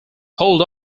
hold